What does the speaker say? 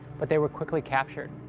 but they were quickly captured.